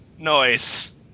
noise